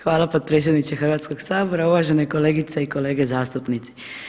Hvala potpredsjedniče Hrvatskoga sabora, uvažene kolegice i kolege zastupnici.